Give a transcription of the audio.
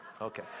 okay